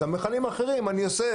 את המכלים האחרים אני אוסף,